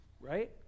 Right